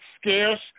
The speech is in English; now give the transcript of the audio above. scarce